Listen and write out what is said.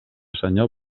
senyor